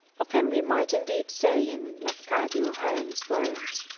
of him we might indeed say in lafcadio hearn's words,